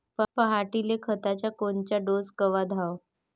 पऱ्हाटीले खताचा कोनचा डोस कवा द्याव?